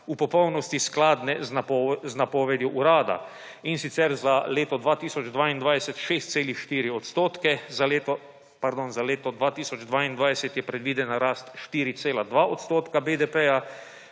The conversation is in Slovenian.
v popolnosti skladne za napovedjo urada, in sicer za leto 2022 6,4 odstotka – pardon za leto 2022 je predvidena rast 4,2 odstotka BDP-ja,